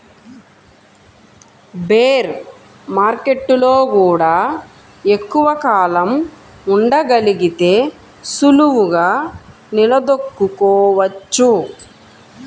bear మార్కెట్టులో గూడా ఎక్కువ కాలం ఉండగలిగితే సులువుగా నిలదొక్కుకోవచ్చు